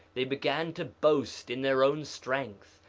they began to boast in their own strength,